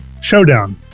showdown